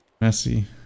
Messy